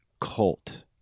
cult